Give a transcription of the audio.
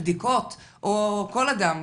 או כל אדם,